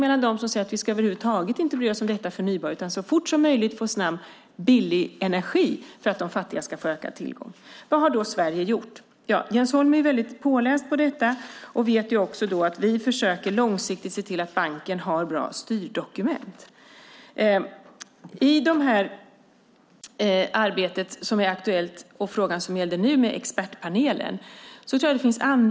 Det finns de som säger att vi över huvud taget inte ska bry oss om det förnybara utan så fort som möjligt få fram billig energi för att de fattiga ska få ökad tillgång. Vad har då Sverige gjort? Jens Holm är väldigt påläst på detta och vet också att vi försöker att långsiktigt se till att banken har bra styrdokument. Frågan gällde expertpanelen.